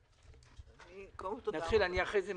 בבקשה.